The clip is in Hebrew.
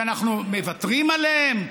שאנחנו מוותרים עליהם?